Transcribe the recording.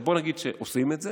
אבל בואו נגיד שעושים את זה,